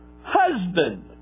husband